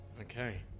Okay